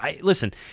Listen